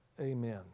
Amen